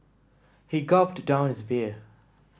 he gulped down his beer